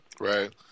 Right